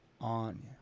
on